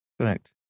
Correct